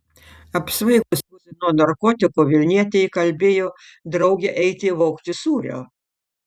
apsvaigusi nuo narkotikų vilnietė įkalbėjo draugę eiti vogti sūrio